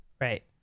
Right